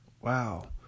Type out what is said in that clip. Wow